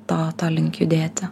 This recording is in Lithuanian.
to to link judėti